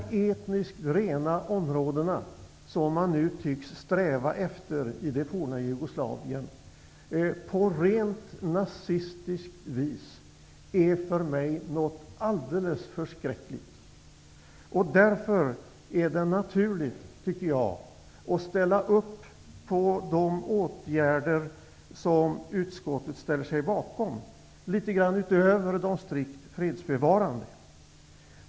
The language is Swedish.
De etniskt rena områdena, som man nu på rent nazistiskt vis tycks sträva efter i det forna Jugoslavien, är för mig någonting alldeles förskräckligt. Därför är det naturligt att ställa upp på de åtgärder som utskottet ställer sig bakom, åtgärder som är litet grand utöver strikt fredsbevarande.